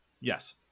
Yes